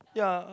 ya